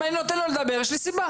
אם אני נותן לו לדבר, יש לי סיבה.